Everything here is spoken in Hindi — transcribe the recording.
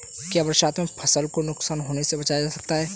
क्या बरसात में फसल को नुकसान होने से बचाया जा सकता है?